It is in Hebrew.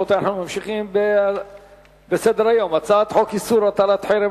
אנחנו ממשיכים בסדר-היום: הצעת חוק איסור הטלת חרם,